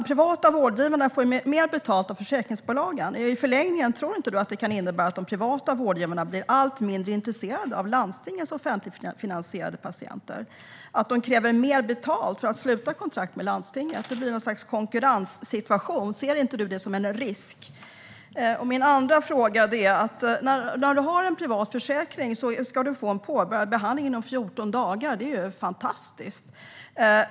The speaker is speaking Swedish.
De privata vårdgivarna får mer betalt av försäkringsbolagen. Tror du inte, Emma Henriksson, att det i förlängningen kan innebära att de privata vårdgivarna blir allt mindre intresserade av landstingens offentligt finansierade patienter? De kanske kräver mer betalt för att sluta kontrakt med landstinget. Det blir ett slags konkurrenssituation. Ser du inte det som en risk? Min andra fråga gäller att om man har en privat försäkring ska behandlingen påbörjas inom 14 dagar. Det är ju fantastiskt.